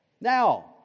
Now